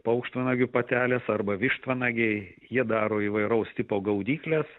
paukštvanagių patelės arba vištvanagiai jie daro įvairaus tipo gaudykles